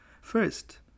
First